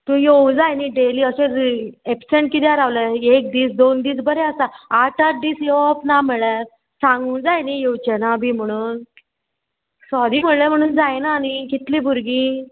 तूं येवूं जाय न्ही डेली अशें एबसेंट किदें रावलें एक दीस दोन दीस बरें आसा आठ आठ दीस येवप ना म्हळ्यार सांगूं जाय न्ही येवचेना बी म्हणून सॉरी म्हणल्यार म्हणून जायना न्ही कितलीं भुरगीं